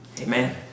amen